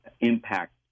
impact